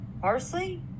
parsley